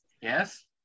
Yes